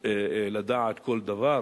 לדעת כל דבר